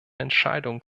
entscheidung